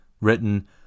written